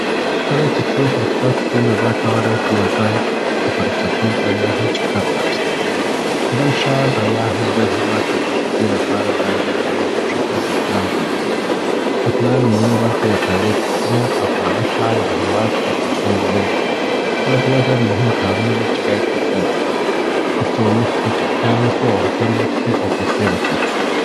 کله چې څوک رخصت سي نو بیا کولای سي یو ځای ته په رخصتۍ او یا هم چکر ولاړ سي. بل ښار او یا هم بل هیواد ته د رخصتی لپاره باید یو سړی په ښه توګه پلان جوړ. د پلان عمومي برخه د طیارې ټکټونه، او په هغه ښار یا هیواد کې د هوټل نیول دي. دا دوه ډېر مهم کارونه دي چې باید تر سره سي تر څو مخکي ټکټان وسي او هوټل بوک سي تر څو پیسې بچت سي.